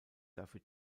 dafür